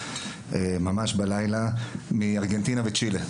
ממש בלילה מארגנטינה וצ'ילה,